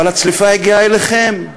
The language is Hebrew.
אבל הצליפה הגיעה אליכם,